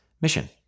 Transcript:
mission